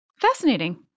Fascinating